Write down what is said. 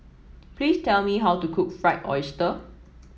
please tell me how to cook Fried Oyster